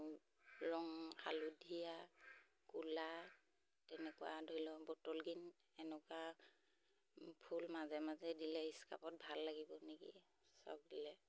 ৰং হালধীয়া ক'লা তেনেকুৱা ধৰি লওক বটল গ্ৰীণ এনেকুৱা ফুল মাজে মাজে দিলে স্কাৰ্ফত ভাল লাগিব নেকি চব দিলে